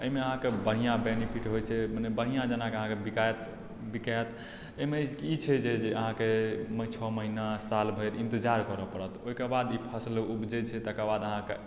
अइमे अहाँके बढ़िआँ बेनीफिट होइ छै मने बढ़िआँ जकाँ अहाँके बिकाइत बिकाइत अइमे ई छै जे जे अहाँके छओ महीना साल भरि इन्तजार करऽ पड़त ओइके बाद ई फसल उपजय छै तकर बाद अहाँके